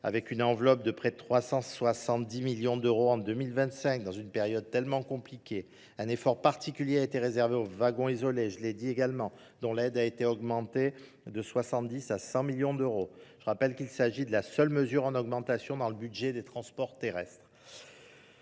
avec une enveloppe de près de 370 millions d'euros en 2025 dans une période tellement compliquée. Un effort particulier a été réservé aux wagons isolés, je l'ai dit également, dont l'aide a été augmentée de 70 à 100 millions d'euros. Je rappelle qu'il s'agit de la seule mesure en augmentation dans le budget des transports terrestres.